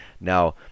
Now